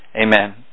amen